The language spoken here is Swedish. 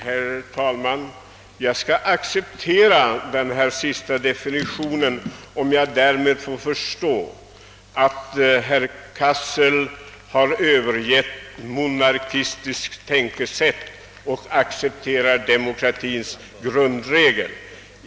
Herr talman! Jag skall acceptera den här senaste definitionen, om jag därmed får förstå att herr Cassel har övergivit ett monarkistiskt tänkesätt och accepterar demokratiens grundregel.